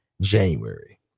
January